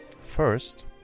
First